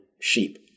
sheep